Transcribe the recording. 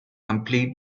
complete